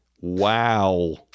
Wow